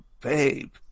babe